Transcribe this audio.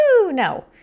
no